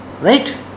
Right